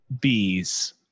bees